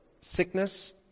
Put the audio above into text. sickness